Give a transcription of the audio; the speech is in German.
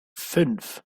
fünf